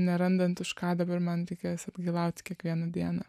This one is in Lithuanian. nerandant už ką dabar man reikės atgailauti kiekvieną dieną